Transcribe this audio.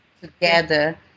together